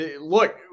Look